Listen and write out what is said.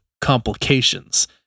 complications